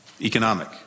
economic